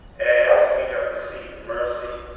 as we have received mercy,